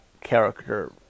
character